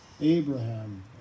Abraham